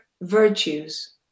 virtues